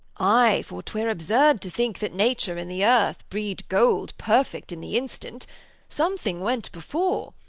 ay, for twere absurb to think that nature in the earth bred gold perfect in the instant something went before.